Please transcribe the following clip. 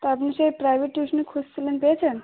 তা আপনি সেই প্রাইভেট টিউশানি খুঁজছিলেন পেয়েছেন